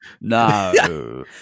no